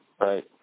Right